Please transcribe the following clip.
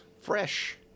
Fresh